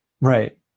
Right